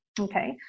okay